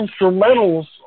instrumentals